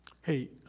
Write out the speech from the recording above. Hey